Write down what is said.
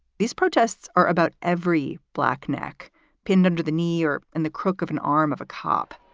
these protests are about every black neck pinned under the near and the crook of an arm of a cop.